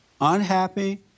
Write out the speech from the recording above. unhappy